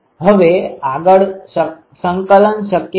હવે આગળ સંકલન શક્ય નથી